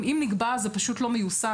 אם נקבע זה פשוט לא מיושם.